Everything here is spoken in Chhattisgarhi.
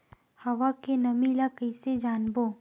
हवा के नमी ल कइसे जानबो?